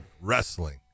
wrestling